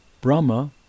Brahma